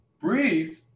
breathe